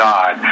God